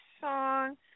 song